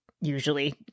usually